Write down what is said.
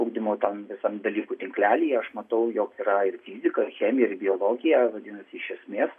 ugdymo tam visam dalykų tinklelyje aš matau jog yra ir fizika chemija ir biologija vadinasi iš esmės